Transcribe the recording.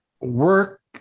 Work